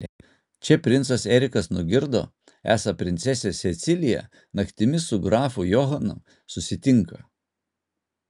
čia princas erikas nugirdo esą princesė cecilija naktimis su grafu johanu susitinka